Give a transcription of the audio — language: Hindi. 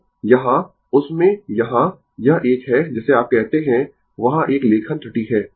तो यहाँ उस में यहाँ यह एक है जिसे आप कहते है वहाँ एक लेखन त्रुटि है